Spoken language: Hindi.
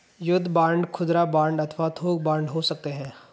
युद्ध बांड खुदरा बांड अथवा थोक बांड हो सकते हैं